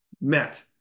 met